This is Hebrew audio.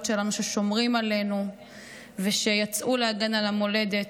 שלנו ששומרים עלינו ושיצאו להגן על המולדת,